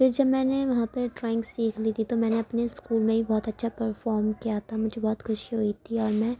پھر جب میں نے وہاں پر ڈرائنگ سیکھ لی تھی تو میں نے اسکول میں ہی بہت اچھا پرفارم کیا تھا مجھے بہت خوشی ہوئی تھی اور میں